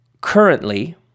currently